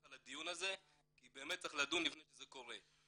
על הדיון הזה כי באמת צריך לדון לפני שזה קורה.